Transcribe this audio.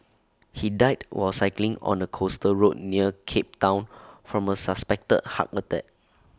he died while cycling on A coastal road near cape Town from A suspected heart attack